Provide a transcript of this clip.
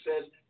says